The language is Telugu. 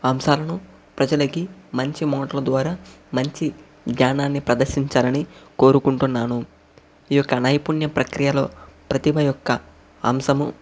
అంశాలను ప్రజలకి మంచి మాటల ద్వారా మంచి జ్ఞానాన్ని ప్రదర్శించాలని కోరుకుంటున్నాను ఈ యొక్క నైపుణ్య ప్రక్రియలో ప్రతిభ యొక్క అంశం